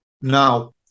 Now